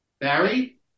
Barry